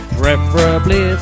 preferably